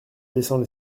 descends